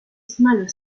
smaller